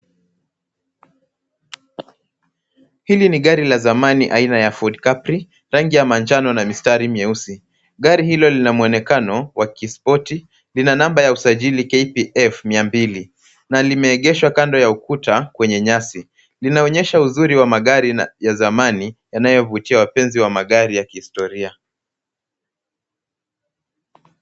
Hili ni gari la zamani aina ya Ford Capri, rangi ya manjano na mistari myeusi. Gari hilo lina mwonekano wa kispoti, lina namba ya usajili KPF 200 na limeegeshwa kando ya ukuta kwenye nyasi. Linaonyesha uzuri wa magari ya zamani yanayovutia wapenzi wa magari ya kihistoria.